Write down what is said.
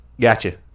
gotcha